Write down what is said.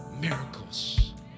miracles